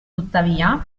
tuttavia